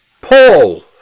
Paul